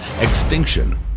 Extinction